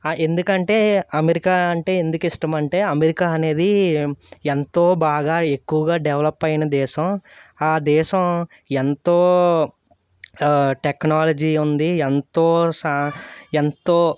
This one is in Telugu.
ఎందుకంటే అమెరికా అంటే ఎందుకు ఇష్టమంటే అమెరికా అనేది ఎంతో బాగా ఎక్కువగా డెవలప్ అయిన దేశం ఆ దేశం ఎంతో టెక్నాలజీ ఉంది ఎంతో సా ఎంతో